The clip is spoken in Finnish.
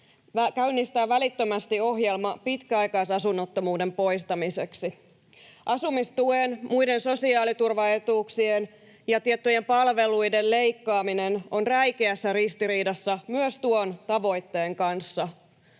käynnistää välittömästi ohjelma pitkäaikaisasunnottomuuden poistamiseksi. Asumistuen, muiden sosiaaliturvaetuuksien ja tiettyjen palveluiden leikkaaminen on räikeässä ristiriidassa myös tuon tavoitteen kanssa.